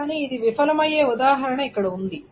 కానీ ఇది విఫలమయ్యే ఉదాహరణ ఇక్కడ ఉంది